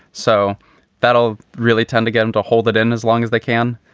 so that'll really tend to get em to hold it in as long as they can.